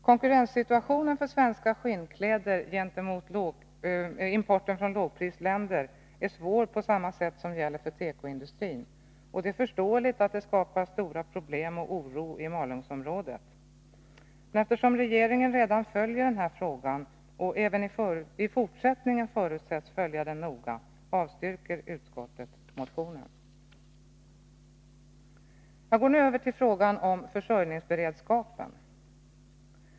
Konkurrenssituationen för svenska tillverkare på grund av importen från lågprisländerna är lika svår när det gäller skinnkläder som i fråga om tekoindustrins produkter, och det är förståeligt att det skapar stora problem och oro i Malungsområdet. Men eftersom regeringen redan följer denna fråga, och även i fortsättningen förutsätts följa den noga, avstyrker utskottet motionen. Jag går nu över till frågan om försörjningsberedskapen.